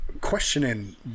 questioning